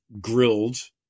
grilled